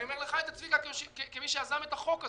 אני אומר לך את זה, צביקה, כמי שיזם את החוק הזה.